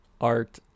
art